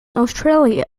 australia